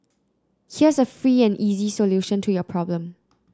here's a free and easy solution to your problem